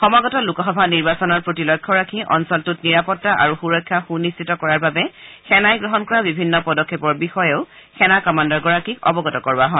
সমাগত লোকসভা নিৰ্বাচনৰ প্ৰতি লক্ষ্য ৰাখি অঞ্চলটোত নিৰাপত্তা আৰু সুৰক্ষা সুনিশ্চিত কৰাৰ বাবে সেনাই গ্ৰহণ কৰা বিভিন্ন পদক্ষেপৰ বিষয়েও সেনা কমাণ্ডাৰ গৰাকীক অৱগত কৰোৱা হয়